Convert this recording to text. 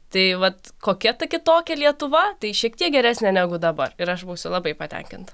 tai vat kokia ta kitokia lietuva tai šiek tiek geresnė negu dabar ir aš būsiu labai patenkinta